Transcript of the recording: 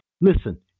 listen